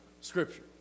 Scripture